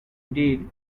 did